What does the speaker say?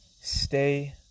stay